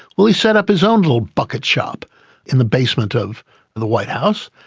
well, he set up his own little bucket shop in the basement of the white house,